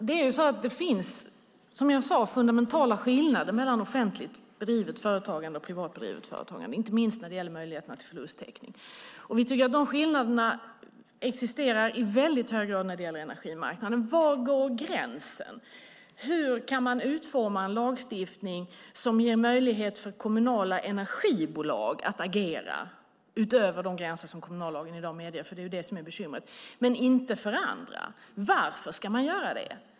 Herr talman! Som jag sade är det fundamentala skillnader mellan offentligt företagande och privat, inte minst när det gäller möjligheterna till förlusttäckning. De skillnaderna finns i hög grad på energimarknaden. Var går gränsen? Hur kan man utforma en lagstiftning som ger möjlighet för kommunala energibolag att agera utöver de gränser som kommunallagen i dag medger - det är ju det som är bekymret - men inte för andra? Varför ska man göra det?